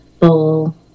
full